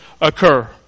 occur